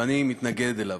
ואני מתנגד לו.